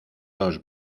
dos